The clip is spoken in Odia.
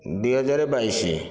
ଦୁଇ ହଜାର ବାଇଶ